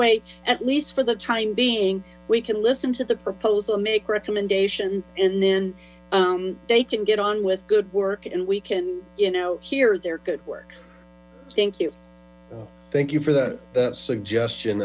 way at least for the time being we can listen to the proposal make recommendations and then they can get on with good work and we can you know hear their good work thank you thank you for that suggestion